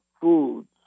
Foods